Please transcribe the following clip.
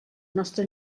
nostra